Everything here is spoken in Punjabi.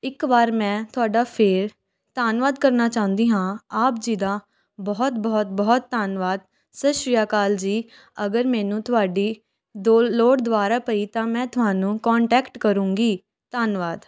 ਇੱਕ ਵਾਰ ਮੈਂ ਤੁਹਾਡਾ ਫੇਰ ਧੰਨਵਾਦ ਕਰਨਾ ਚਾਹੁੰਦੀ ਹਾਂ ਆਪ ਜੀ ਦਾ ਬਹੁਤ ਬਹੁਤ ਬਹੁਤ ਧੰਨਵਾਦ ਸਤਿ ਸ਼੍ਰੀ ਅਕਾਲ ਜੀ ਅਗਰ ਮੈਨੂੰ ਤੁਹਾਡੀ ਦੁ ਲੋੜ ਦੁਬਾਰਾ ਪਈ ਤਾਂ ਮੈ ਤੁਹਾਨੂੰ ਕੋਂਨਟੈਕਟ ਕਰੁੰਗੀ ਧੰਨਵਾਦ